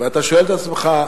ואתה שואל את עצמך,